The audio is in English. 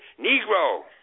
Negro